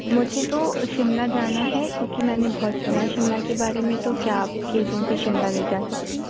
مجھے تو شملہ جانا ہے کیونکہ میں نے بہت سنا ہے شملہ کے بارے میں تو کیا آپ کی ایجنسی شملہ لے جا سکتی ہے